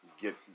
get